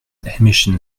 emission